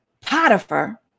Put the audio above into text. Potiphar